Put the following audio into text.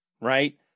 Right